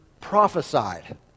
prophesied